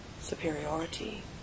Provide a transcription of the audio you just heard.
superiority